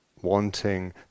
Wanting